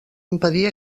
impedir